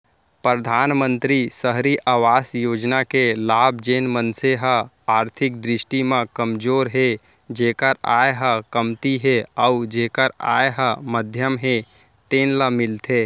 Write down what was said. परधानमंतरी सहरी अवास योजना के लाभ जेन मनसे ह आरथिक दृस्टि म कमजोर हे जेखर आय ह कमती हे अउ जेखर आय ह मध्यम हे तेन ल मिलथे